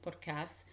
podcast